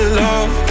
love